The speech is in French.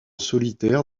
solitaire